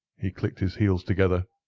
he clicked his heels together,